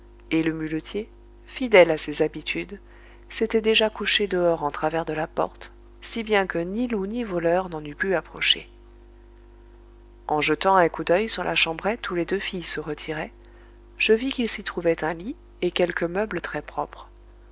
et le muletier fidèle à ses habitudes s'était déjà couché dehors en travers de la porte si bien que ni loup ni voleur n'en eût pu approcher en jetant un coup d'oeil sur la chambrette où les deux filles se retiraient je vis qu'il s'y trouvait un lit et quelques meubles